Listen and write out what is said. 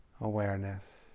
awareness